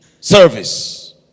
service